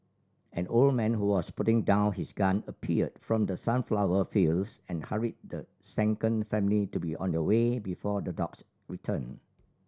an old man who was putting down his gun appeared from the sunflower fields and hurried the shaken family to be on their way before the dogs return